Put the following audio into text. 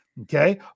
Okay